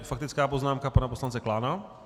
Faktická poznámka pana poslance Klána.